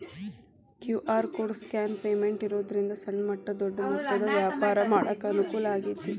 QR code scan payment ಇರೋದ್ರಿಂದ ಸಣ್ಣ ಮಟ್ಟ ದೊಡ್ಡ ಮೊತ್ತದ ವ್ಯಾಪಾರ ಮಾಡಾಕ ಅನುಕೂಲ ಆಗೈತಿ